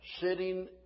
sitting